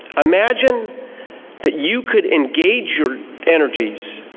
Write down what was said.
imagine that you could engage your energies